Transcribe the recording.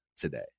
today